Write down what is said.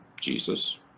Jesus